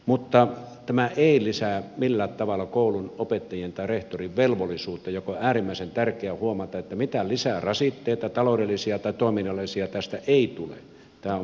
mutta tämä ei lisää millään tavalla koulun opettajien tai rehtorin velvollisuutta mikä on äärimmäisen tärkeä huomata että mitään lisärasitteita taloudellisia tai toiminnallisia tästä ei tule tämä on puhtaasti oikeus